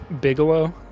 Bigelow